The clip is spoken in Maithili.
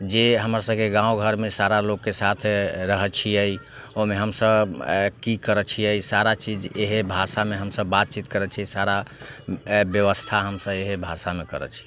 जे हमर सबके गाँव घरमे सारा लोकके साथे रहै छिए ओहिमे हमसब की करै छिए सारा चीज इएह भाषामे हमसब बातचीत करै छिए सारा बेबस्था हमसब इएह भाषामे करै छिए